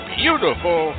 beautiful